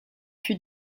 fut